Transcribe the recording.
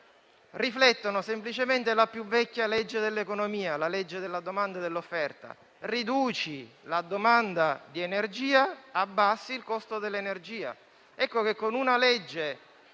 riflettono semplicemente la più vecchia legge dell'economia, la legge della domanda e dell'offerta: riduci la domanda di energia, abbassi il costo dell'energia. Ecco che con una legge